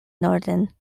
norden